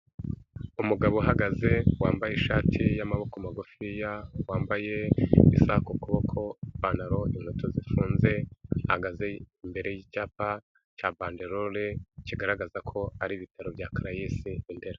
Umugabo uhagaze wambaye ishati y'amaboko magufiya, wambaye isaha ku kuboko, ipantaro, inkweto zifunze, ahagaze imbere y'icyapa cya bandarore kigaragaza ko ari ibitaro bya Caraesi i Ndera.